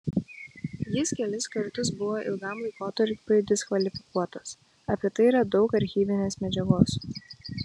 jis kelis kartus buvo ilgam laikotarpiui diskvalifikuotas apie tai yra daug archyvinės medžiagos